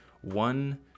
one